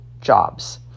jobs